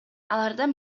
алардан